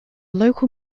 local